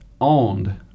owned